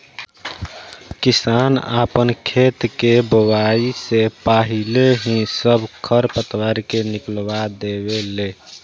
किसान आपन खेत के बोआइ से पाहिले ही सब खर पतवार के निकलवा देवे ले